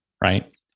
Right